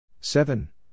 Seven